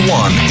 one